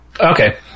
Okay